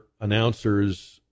announcers